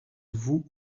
vous